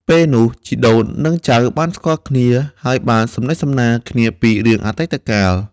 ពេលនោះជីដូននិងចៅបានស្គាល់គ្នា ហើយបានសំណេះសំណាលគ្នាពីរឿងអតីតកាល ។